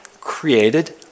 created